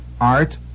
art